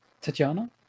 Tatiana